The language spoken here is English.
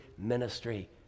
ministry